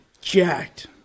Jacked